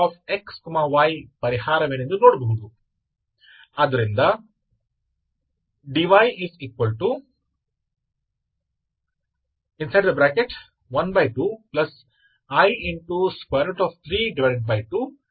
E ಗಳನ್ನು ಪರಿಹರಿಸುವ ಮೂಲಕ ನಿಮ್ಮ xy ಪರಿಹಾರವೇನೆಂದು ನೋಡಬಹುದು